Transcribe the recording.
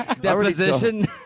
deposition